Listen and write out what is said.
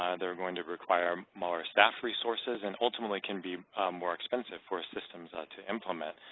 ah they're going to require more staff resources and ultimately can be more expensive for systems ah to implement,